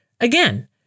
Again